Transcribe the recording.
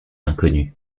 inconnu